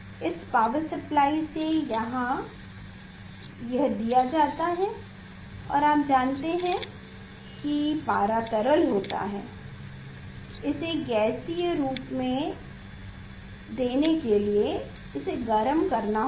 इस power supply से यह यहाँ दिया गया है और आप जानते हैं कि पारा तरल होता है इसे गैसीय रूप देने के लिए हमें इसे गर्म करना होगा